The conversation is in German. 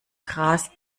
gras